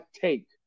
take